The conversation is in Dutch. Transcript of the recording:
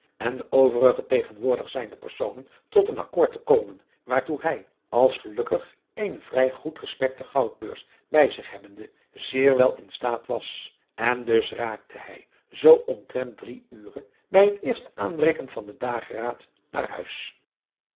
en de overige tegenwoordig zijnde personen tot een akkoord te komen waartoe hij als gelukkig eene vrij goed gespekte goudbeurs bij zich hebbende adriaan loosjes pzn het leven van johannes wouter blommesteyn zeer wel in staat was en dus raakte hij zoo omtrent drie ure bij het eerste aanbreken van den dageraad naar huis